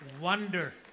Wonder